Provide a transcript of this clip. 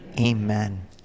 Amen